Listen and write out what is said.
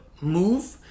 Move